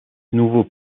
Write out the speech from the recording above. nouveaux